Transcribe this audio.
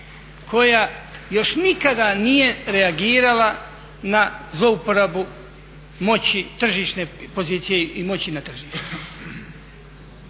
koja još nikada nije reagirala na zlouporabu moći tržišne pozicije i moći na tržištu,